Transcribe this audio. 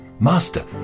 Master